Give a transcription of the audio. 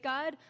God